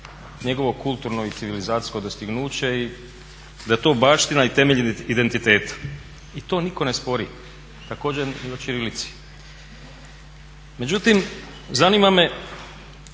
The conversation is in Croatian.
njegovo kulturno i civilizacijsko dostignuće i da je to baština i temelj identiteta. I to nitko ne spori, također i o ćirilici. Međutim, zanima me